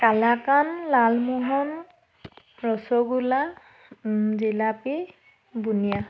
কালাকান লালমোহন ৰসগোল্লা জিলাপী বুন্দিয়া